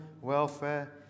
welfare